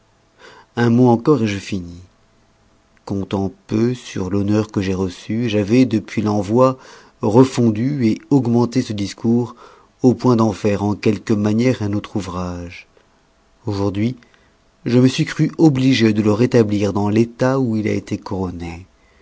un mot encore je finis comptant peu sur l'honneur que j'ai reçu j'avois depuis l'envoi refondu augmenté ce discours au point d'en faire en quelque maniere un autre ouvrage aujourd'hui je me suis cru obligé de le rétablir dans l'état où il a été couronné